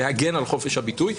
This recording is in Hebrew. להגן על חופש הביטוי.